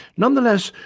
nonetheless,